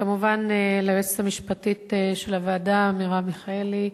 וכמובן ליועצת המשפטית של הוועדה מירב ישראלי,